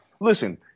listen